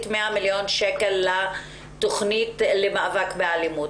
100 מיליון שקלים לתכניות למאבק באלימות.